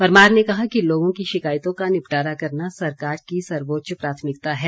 परमार ने कहा कि लोगों की शिकायतों का निपटारा करना सरकार की सर्वोच्च प्राथमिकता है